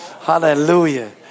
Hallelujah